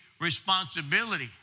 responsibility